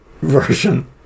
version